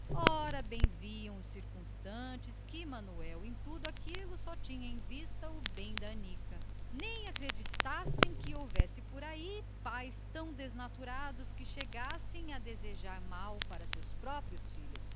ora bem viam os circunstantes que em tudo aquilo manuel só tinha em vista o bem da rapariga nem acreditassem que houvesse por aí pais tão desnaturados que chegassem a desejar mal para os seus próprios filhos